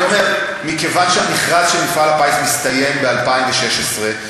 מכיוון שהמכרז של מפעל הפיס מסתיים ב-2016,